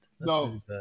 No